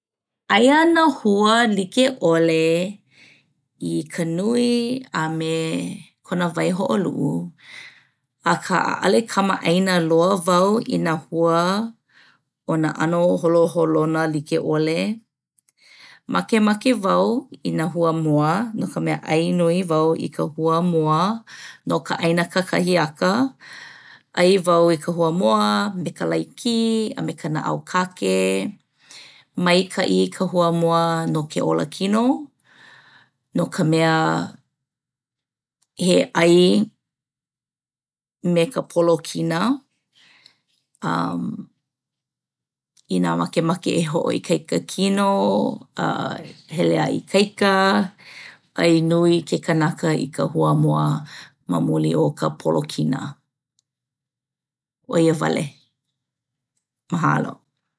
Aia nā hua like ʻole i ka nui a me kona waihoʻoluʻu akā ʻaʻole kamaʻaina loa wau i nā hua o nā ʻano holoholonā like ʻole. Makemake wau i nā huamoa no ka mea ʻai nui wau i ka huamoa no ka ʻaina kakahiaka ʻai wau i ka huamoa me ka laiki a me ka naʻau kake. Maikaʻi ka huamoa no ke olakino no ka mea he ʻai me ka polokina ummm inā makemake e hoʻoikaika kino uggh hele a ikaika, ʻai nui ke kanaka i ka huamoa ma muli o ka polokina, ʻo ia wale mahalo.